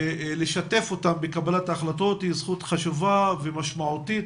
ולשתף אותם בקבלת החלטות היא זכות חשובה ומשמעותית,